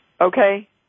okay